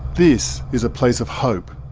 this is a place of hope.